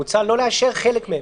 מוצע לא לאשר חלק מהן.